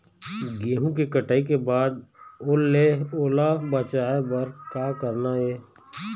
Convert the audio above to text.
गेहूं के कटाई के बाद ओल ले ओला बचाए बर का करना ये?